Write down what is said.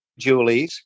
Julies